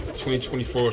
2024